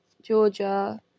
Georgia